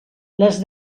les